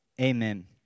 Amen